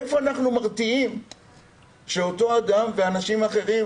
איפה אנחנו מרתיעים בכך שאותו אדם ואנשים אחרים